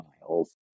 miles